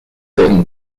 them